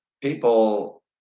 people